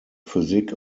physik